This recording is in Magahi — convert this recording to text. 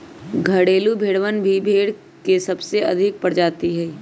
घरेलू भेड़वन भी भेड़ के सबसे अधिक प्रजाति हई